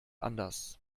anders